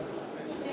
אבל